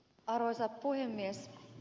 arvoisa puhemies